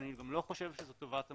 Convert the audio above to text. אני גם לא חושב שזו טובת המעסיקים.